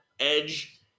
Edge